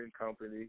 company